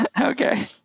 okay